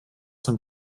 zum